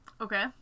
Okay